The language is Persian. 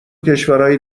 کشورای